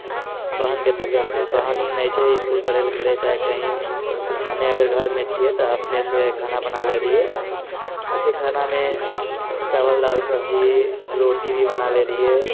बहिनके तबियत बहिन नहि छै इसकुल पढ़ै लए गेलै हँ या कहीं हमें अगर घरमे छियै तऽ अपनेसँ खाना बना लैत रहियै से खानामे चावल दालि सब्जी रोटी भी बना लैत रहियै